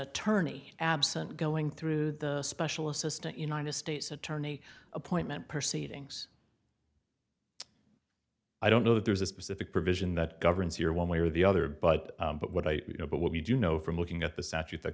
attorney absent going through the special assistant united states attorney appointment proceed ngs i don't know that there's a specific provision that governs here one way or the other but but what i know but what we do know from looking at the statute that